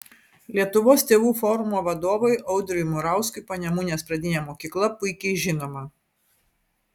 lietuvos tėvų forumo vadovui audriui murauskui panemunės pradinė mokykla puikiai žinoma